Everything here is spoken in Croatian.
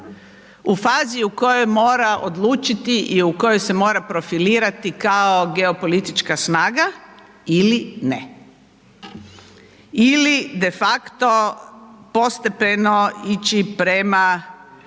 u fazi u kojoj mora odlučiti i u kojoj se mora profilirati kao geopolitička snaga ili ne ili defakto postepeno ići prema